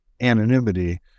anonymity